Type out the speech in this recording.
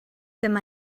dyma